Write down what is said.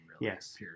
Yes